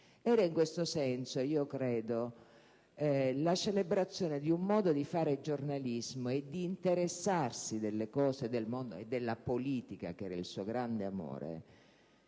In questo senso era, credo, la celebrazione di un modo di fare giornalismo e di interessarsi delle cose del mondo e della politica (che era il suo grande amore)